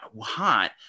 hot